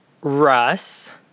Russ